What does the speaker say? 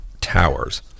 Towers